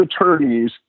attorneys